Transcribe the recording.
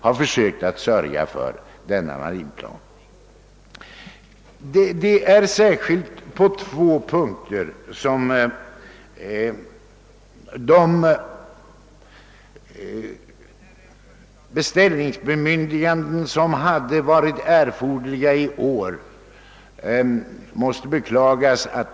Inom marinen måste det särskilt beträffande två avsnitt beklagas att de beställningsbemyndiganden som hade varit erforderliga inte finns med.